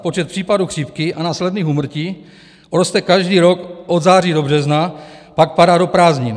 Počet případů chřipky a následných úmrtí roste každý rok od září do března, pak padá do prázdnin.